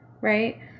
right